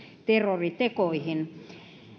terroritekoihin